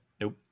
Nope